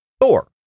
Thor